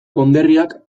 konderriak